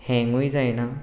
हॅंगूय जायना